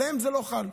עליהם זה לא חל.